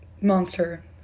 monster